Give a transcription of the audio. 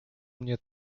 mnie